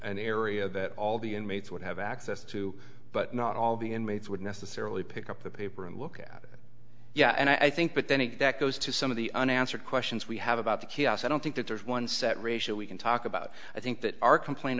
an area that all the inmates would have access to but not all the inmates would necessarily pick up the paper and look at it yeah and i think but then that goes to some of the unanswered questions we have about the chaos i don't think that there's one set racial we can talk about i think that our complain